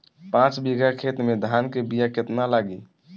पाँच बिगहा खेत में धान के बिया केतना लागी?